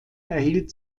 erhielt